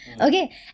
Okay